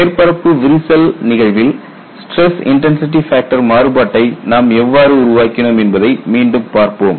மேற்பரப்பு விரிசல் நிகழ்வில் ஸ்டிரஸ் இன்டன்சிடி ஃபேக்டர் மாறுபாட்டை நாம் எவ்வாறு உருவாக்கினோம் என்பதை மீண்டும் பார்ப்போம்